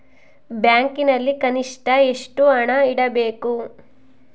ಬ್ಯಾಂಕಿನಲ್ಲಿ ಕನಿಷ್ಟ ಎಷ್ಟು ಹಣ ಇಡಬೇಕು?